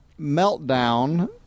Meltdown